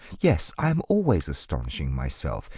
yes i am always astonishing myself.